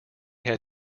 had